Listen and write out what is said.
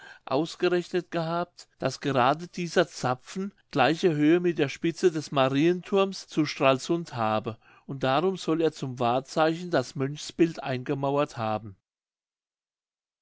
ausgerechnet gehabt daß gerade dieser zapfen gleiche höhe mit der spitze des marienthurmes zu stralsund habe und darum soll er zum wahrzeichen das mönchsbild eingemauert haben